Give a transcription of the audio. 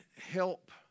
help